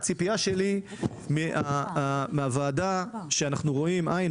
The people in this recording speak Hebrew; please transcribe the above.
הציפייה שלי מהוועדה ואנחנו רואים עין